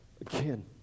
again